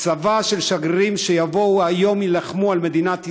צבא של שגרירים יבואו היום ויילחמו על מדינת ישראל.